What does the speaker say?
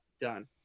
Done